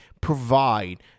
provide